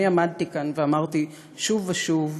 אני עמדתי כאן ואמרתי שוב ושוב: